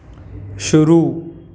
शुरू